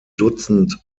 dutzend